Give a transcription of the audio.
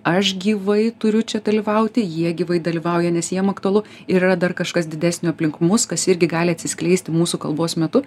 aš gyvai turiu čia dalyvauti jie gyvai dalyvauja nes jiem aktualu ir yra dar kažkas didesnio aplink mus kas irgi gali atsiskleisti mūsų kalbos metu